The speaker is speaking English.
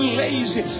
lazy